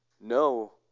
no